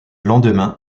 lendemain